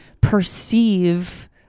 perceive